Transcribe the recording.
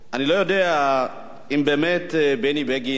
אני לא יודע אם באמת, בני בגין,